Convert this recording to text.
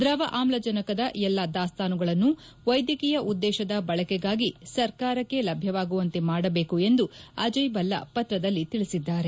ದ್ರವ ಆಮ್ಲಜನಕದ ಎಲ್ಲಾ ದಾಸ್ತಾನುಗಳನ್ನು ವೈದ್ಯಕೀಯ ಉದ್ದೇಶದ ಬಳಕೆಗಾಗಿ ಸರ್ಕಾರಕ್ಕೆ ಲಭ್ಯವಾಗುವಂತೆ ಮಾಡಬೇಕು ಎಂದು ಅಜಯ್ ಭೆಲ್ಲಾ ಪತ್ರದಲ್ಲಿ ತಿಳಿಸಿದ್ದಾರೆ